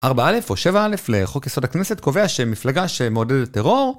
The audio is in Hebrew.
4-א' או 7-א' לחוק כסוד הכנסת קובע שמפלגה שמעודדת טרור.